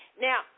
now